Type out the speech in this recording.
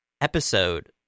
episode